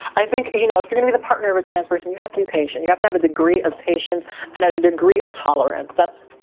i think, you know, if you're gonna be the partner of a trans person, you have to be patient. you have to have a degree of patience and a degree of tolerance. that's,